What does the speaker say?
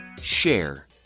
share